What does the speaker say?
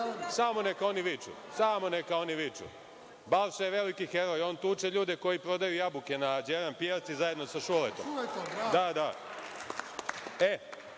neka oni viču. Balša je veliki heroj, on tuče ljude koji prodaju jabuke na Đeram pijaci zajedno sa Šuletom. Molim